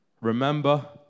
Remember